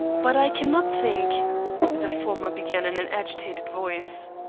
but i cannot think the former began in an agitated voice.